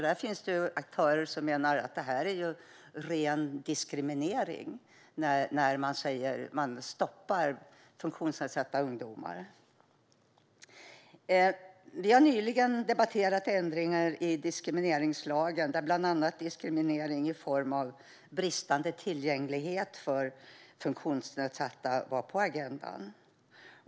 Det finns aktörer som menar att det är ren diskriminering att man stoppar funktionsnedsatta ungdomar. Vi har nyligen debatterat ändringar i diskrimineringslagen, en debatt där bland annat diskriminering i form av bristande tillgänglighet för funktionsnedsatta var på agendan.